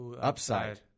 Upside